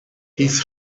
his